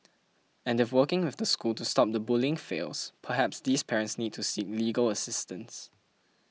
and if working with the school to stop the bullying fails perhaps these parents need to seek legal assistance